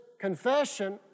confession